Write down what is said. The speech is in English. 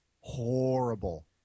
Horrible